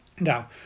Now